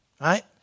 right